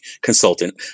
consultant